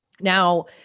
Now